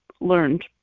learned